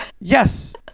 yes